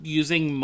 using